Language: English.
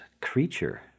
creature